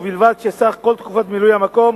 ובלבד שסך כל תקופת מילוי המקום